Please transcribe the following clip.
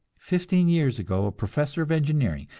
fifteen years ago a professor of engineering,